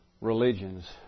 religions